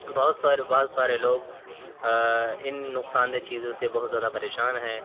بہت بہت سارے لوگ ان نقصان دہ چیزوں سے بہت زیادہ پریشان ہیں